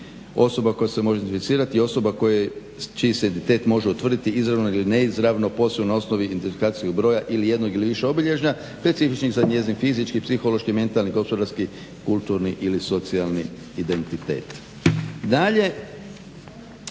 osobu koja se može identificirati i osoba čiji se identitet može utvrditi izravno ili neizravno posebno na osnovi identifikacijskog broja ili jednog ili više obilježja specifičnih za njezin fizički, psihološki, mentalni, gospodarski, kulturni ili socijalni identitet. Dalje,